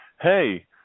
hey